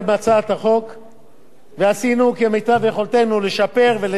ועשינו כמיטב יכולתנו לשפר ולתקן ולהוסיף.